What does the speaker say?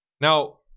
Now